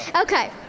Okay